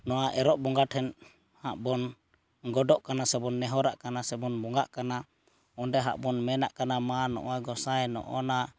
ᱱᱚᱣᱟ ᱮᱨᱚᱜ ᱵᱚᱸᱜᱟ ᱴᱷᱮᱱ ᱦᱟᱸᱜ ᱵᱚᱱ ᱜᱚᱰᱚᱜ ᱠᱟᱱᱟ ᱥᱮᱵᱚᱱ ᱱᱮᱦᱚᱨᱟᱜ ᱠᱟᱱᱟ ᱥᱮᱵᱚᱱ ᱵᱚᱸᱜᱟᱜ ᱠᱟᱱᱟ ᱚᱸᱰᱮ ᱦᱚᱸᱜ ᱵᱚᱱ ᱢᱮᱱᱟᱜ ᱠᱟᱱᱟ ᱢᱟ ᱜᱚᱸᱥᱟᱭ ᱱᱚᱜᱼᱚ ᱱᱟ